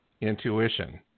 intuition